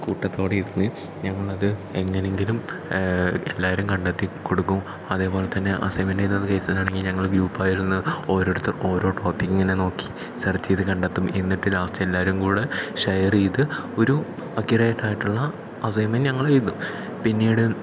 കൂട്ടത്തോടെയിരുന്ന് ഞങ്ങളത് എങ്ങനെയെങ്കിലും എല്ലാവരും കണ്ടെത്തിക്കൊടുക്കും അതേപോലത്തന്നെ അസൈൻമെൻ്റ് എഴുതുന്ന കേസിലാണെങ്കിൽ ഞങ്ങൾ ഗ്രൂപ്പായിരുന്നു ഓരോരുത്തർ ഓരോ ടോപ്പിക്കിങ്ങനെ നോക്കി സെർച്ച് ചെയ്ത് കണ്ടെത്തും എന്നിട്ട് ലാസ്റ്റ് എല്ലാവരും കൂടെ ഷെയറു ചെയ്ത് ഒരു അക്യൂറേറ്റായിട്ടുള്ള അസൈൻമെന്റ് ഞങ്ങളെഴുതും പിന്നീട്